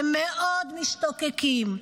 הם עוד משתוקקים.